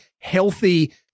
healthy